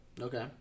Okay